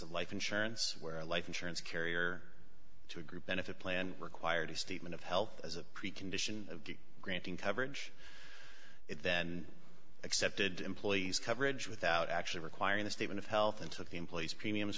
of life insurance where a life insurance carrier to a group benefit plan required statement of health as a precondition of granting coverage then accepted employees coverage without actually requiring the state of health into the employees premiums